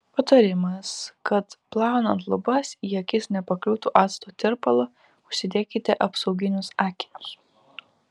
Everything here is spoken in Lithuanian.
patarimas kad plaunant lubas į akis nepakliūtų acto tirpalo užsidėkite apsauginius akinius